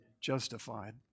justified